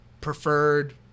preferred